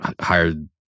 hired